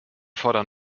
fordern